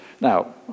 Now